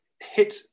hit